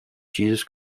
jesus